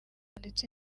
ndetse